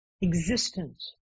Existence